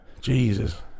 Jesus